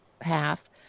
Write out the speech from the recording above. half